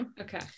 Okay